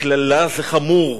קללה זה חמור,